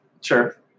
Sure